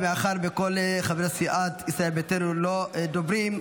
מאחר שכל חברי סיעת ישראל ביתנו לא דוברים,